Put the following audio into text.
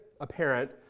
apparent